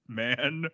man